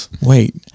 Wait